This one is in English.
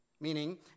Meaning